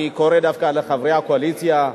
אני קורא דווקא לחברי הקואליציה,